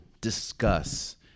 discuss